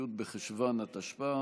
י' בחשוון התשפ"א,